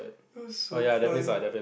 it was so funny